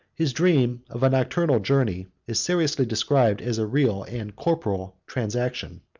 his dream of a nocturnal journey is seriously described as a real and corporeal transaction.